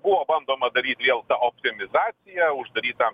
buvo bandoma daryt vėl optimizaciją uždaryt tam